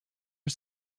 are